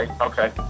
okay